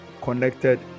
connected